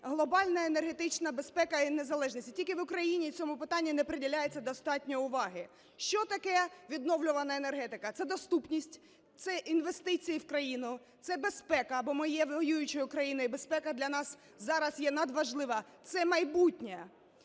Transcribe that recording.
глобальна енергетична безпека і незалежність, і тільки в Україні цьому питанню не приділяється достатньо уваги. Що таке відновлювана енергетика? Це доступність, це інвестиції в країну, це безпека, бо ми є воюючою країною і безпека для нас зараз є надважлива, це майбутнє.